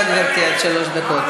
אנחנו.